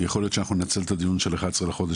יכול להיות שאנחנו ננצל את הדיון של ה-11 לחודש